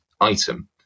item